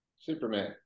Superman